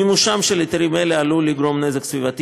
מימושם של היתרים אלו עלול לגרום נזק סביבתי